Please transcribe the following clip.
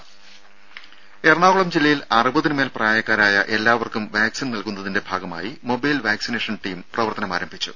ദേദ എറണാകുളം ജില്ലയിൽ അറുപതിനുമേൽ പ്രായക്കാരായ എല്ലാവർക്കും വാക്സിൻ നൽകുന്നതിന്റെ ഭാഗമായി മൊബൈൽ വാക്സിനേഷൻ ടീം പ്രവർത്തനം ആരംഭിച്ചു